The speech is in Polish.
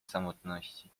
samotności